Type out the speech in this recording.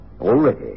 Already